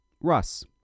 russ